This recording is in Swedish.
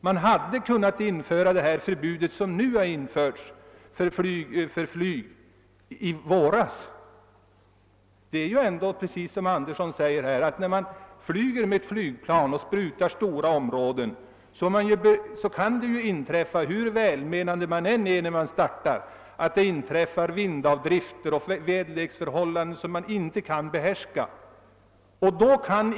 Man hade redan i våras kunnat införa det förbud mot flygbesprutning som nu införts. Det är ändå, såsom herr Andersson i Storfors anfört, så att det vid besprutning från flygplan över stora områden — hur välmenande man än är — kan inträffa vindavdrifter och uppstå oväntade <väderleksförhållanden, som får okontrollerbara följder.